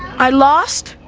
i lost?